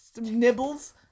Nibbles